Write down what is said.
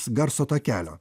garso takelio